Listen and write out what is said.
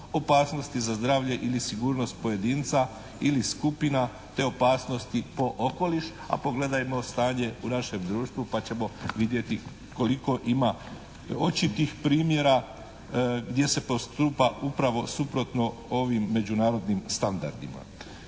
opasnosti za zdravlje ili sigurnost pojedinca ili skupina te opasnosti po okoliš a pogledajmo stanje u našem društvu pa ćemo vidjeti koliko ima očitih primjera gdje se postupa upravo suprotno ovim međunarodnim standardima.